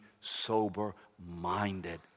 sober-minded